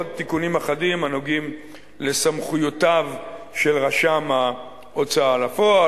עוד תיקונים אחדים הנוגעים לסמכויותיו של רשם ההוצאה לפועל,